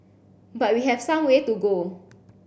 but we have some way to go